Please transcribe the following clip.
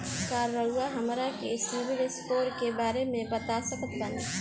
का रउआ हमरा के सिबिल स्कोर के बारे में बता सकत बानी?